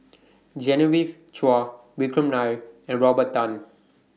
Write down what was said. Genevieve Chua Vikram Nair and Robert Tan